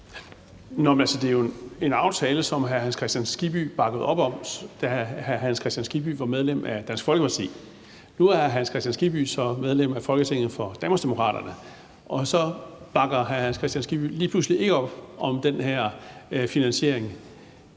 det er jo en aftale, som hr. Hans Kristian Skibby bakkede op om, da hr. Hans Kristian Skibby var medlem af Dansk Folkeparti. Nu er hr. Hans Kristian Skibby så medlem af Folketinget for Danmarksdemokraterne, og så bakker hr. Hans Kristian Skibby lige pludselig ikke op om den her finansiering.